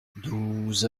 douze